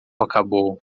acabou